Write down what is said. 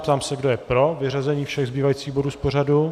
Ptám se, kdo je pro vyřazení všech zbývajících bodů z pořadu.